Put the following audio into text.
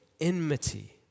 enmity